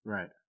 Right